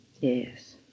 Yes